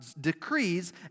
decrees